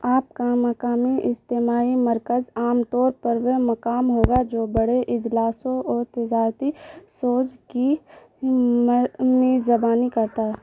آپ کا مقامی اجتماعی مرکز عام طور پر وہ مقام ہوگا جو بڑے اجلاسوں اور تجارتی شوز کی میزبانی کرتا ہو